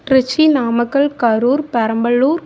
Trichy Namakkal Karur Perambalur